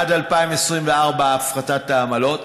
עד 2024 הפחתת העמלות.